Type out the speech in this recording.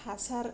हासार